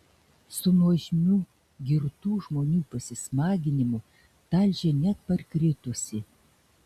su nuožmiu girtų žmonių pasismaginimu talžė net parkritusį